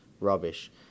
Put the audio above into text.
Rubbish